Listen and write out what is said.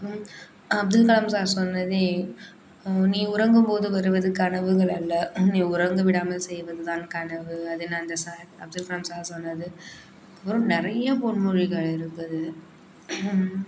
Abdul Kalam sir சொன்னது நீ உறங்கும் போது வருவது கனவுகள் அல்ல நீ உறங்க விடாமல் செய்வது தான் கனவு அதுன்னு அந்த சார் அப்துல் கலாம் சார் சொன்னது அதுக்கப்புறம் நிறைய பொன்மொழிகள் இருக்குது